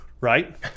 right